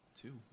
Two